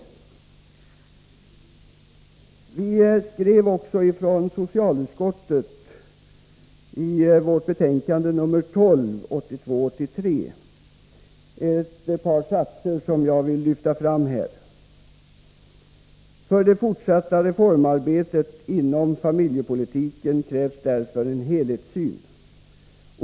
Vi skrev också i socialutskottets betänkande 1982/83:12 ett par satser som jag vill lyfta fram här. ”För det fortsatta reformarbetet inom familjepolitiken krävs därför en helhetssyn.